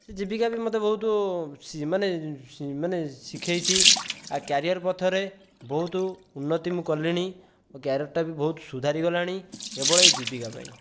ସିଏ ଜୀବିକା ବି ମୋତେ ବହୁତ ମାନେ ମାନେ ଶିଖେଇଛି ଆଉ କ୍ୟାରିଅର୍ ପଥରେ ବହୁତ ଉନ୍ନତି ମୁଁ କଲିଣି ମୋ କ୍ୟାରିଅରଟା ବି ବହୁତ ସୁଧାରି ଗଲାଣି କେବଳ ଏହି ଜୀବିକା ପାଇଁ